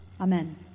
Amen